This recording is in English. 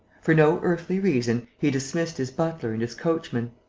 for no earthly reason, he dismissed his butler and his coachman.